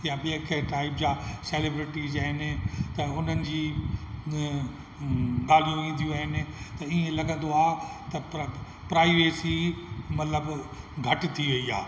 यां ॿिए के टाईप जा सेलेब्रिटीज़ आहिनि त उन्हनि जी ॻाल्हियूं ईंदियूं आहिनि त ईअं लॻंदो आहे त प्र प्राईवेसी मतलबु घटि थी वई आहे